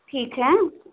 ठीक है